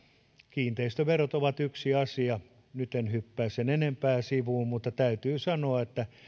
kiinteistöverot ovat yksi asia nyt en hyppää sen enempää sivuun mutta täytyy sanoa että